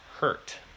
hurt